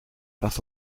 raza